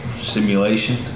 simulation